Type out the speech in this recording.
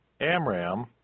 Amram